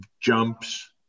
jumps